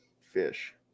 fish